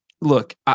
Look